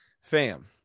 fam